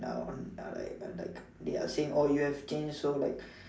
uh on ah like ah like they are saying orh you have changed so like